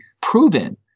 proven